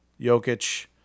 Jokic